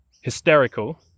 hysterical